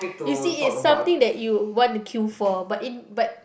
you see it's something that you want to queue for but in but